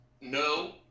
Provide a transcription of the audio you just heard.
no